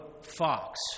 fox